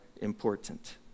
important